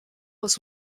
was